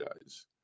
guys